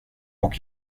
och